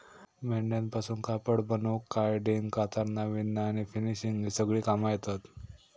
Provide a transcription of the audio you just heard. मेंढ्यांपासून कापड बनवूक कार्डिंग, कातरना, विणना आणि फिनिशिंग ही सगळी कामा येतत